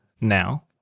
now